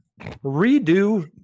Redo